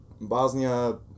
Bosnia